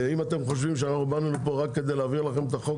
אם אתם חושבים שאנחנו באנו לפה רק כדי להעביר לכם את החוק,